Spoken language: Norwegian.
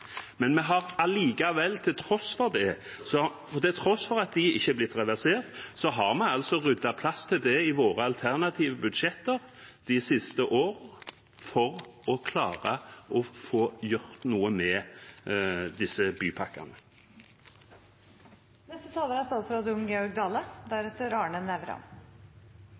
til tross for at de ikke er blitt reversert, har vi altså ryddet plass til det i våre alternative budsjetter de siste årene for å klare å få gjort noe med disse